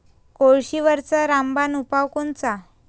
कोळशीवरचा रामबान उपाव कोनचा?